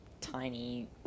tiny